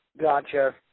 Gotcha